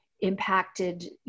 impacted